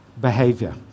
behavior